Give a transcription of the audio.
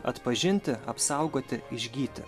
atpažinti apsaugoti išgyti